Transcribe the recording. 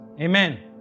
Amen